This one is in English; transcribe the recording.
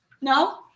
No